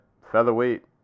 featherweight